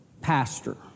pastor